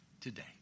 today